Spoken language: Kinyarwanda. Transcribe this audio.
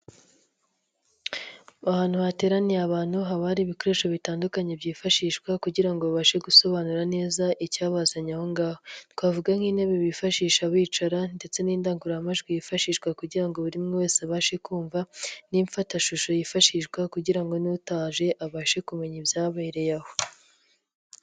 Ahantu hateraniye abantu haba hari ibikoresho bitandukanye byifashishwa kugira babashe gusobanura neza icyabazanye aho ngaho, twavuga nk'intebe bifashisha bicara ndetse n'indangururamajwi yifashishwa kugira ngo buri umwe wese abashe kumva n'ifatashusho yifashishwa kugira mgo ntutage abashe kumenya ibyabereye aho.